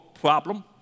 problem